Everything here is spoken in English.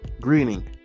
greeting